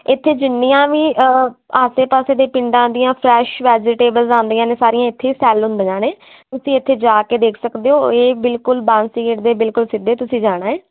ਇਥੇ ਜਿੰਨੀਆਂ ਵੀ ਆਸੇ ਪਾਸੇ ਦੇ ਪਿੰਡਾਂ ਦੀਆਂ ਫਰੈਸ਼ ਵੈਜੀਟੇਬਲ ਆਉਂਦੀਆਂ ਨੇ ਸਾਰੀਆਂ ਇਥੇ ਸੈਲ ਹੁੰਦੀਆਂ ਨੇ ਤੁਸੀਂ ਇਥੇ ਜਾ ਕੇ ਦੇਖ ਸਕਦੇ ਹੋ ਇਹ ਬਿਲਕੁਲ ਬਾਂਸੀ ਗੇਟ ਦੇ ਬਿਲਕੁਲ ਸਿੱਧੇ ਤੁਸੀਂ ਜਾਣਾ ਹੈ